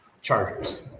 chargers